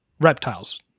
reptiles